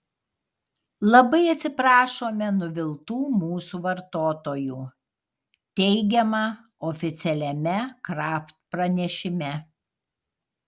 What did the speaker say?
labai atsiprašome nuviltų mūsų vartotojų teigiama oficialiame kraft pranešime